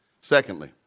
Secondly